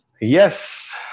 Yes